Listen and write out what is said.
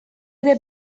ere